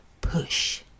Push